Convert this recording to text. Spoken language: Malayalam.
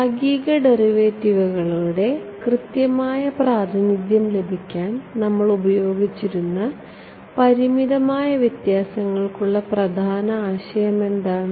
ഭാഗിക ഡെറിവേറ്റീവുകളുടെ കൃത്യമായ പ്രാതിനിധ്യം ലഭിക്കാൻ നമ്മൾ ഉപയോഗിച്ചിരുന്ന പരിമിതമായ വ്യത്യാസങ്ങൾക്കുള്ള പ്രധാന ആശയം എന്താണ്